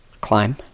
Climb